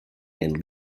and